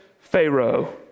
Pharaoh